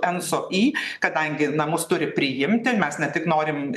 en so i kadangi namus turi priimti mes ne tik norim